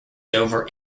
dover